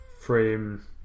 frame